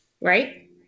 Right